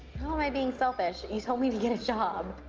how am i being selfish? you told me to get a job.